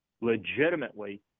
legitimately